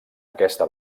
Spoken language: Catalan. aquesta